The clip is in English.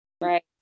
Right